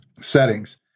settings